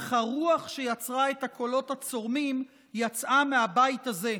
אך הרוח שיצרה את הקולות הצורמים יצאה מהבית הזה,